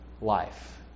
life